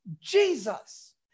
Jesus